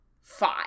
five